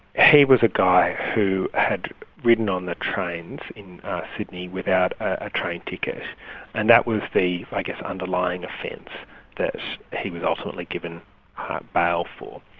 he was a guy who had ridden on the trains in sydney without a train ticket and that was the like underlying offence that he was ultimately given bail for.